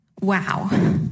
Wow